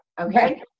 Okay